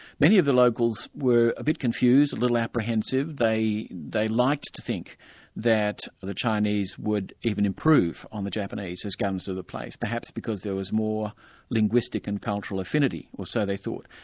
many of the locals were a bit confused, a little apprehensive. they they liked to think that the chinese would even improve on the japanese as governors of the place, perhaps because there was more linguistic and cultural affinity, or so they thought.